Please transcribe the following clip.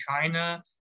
China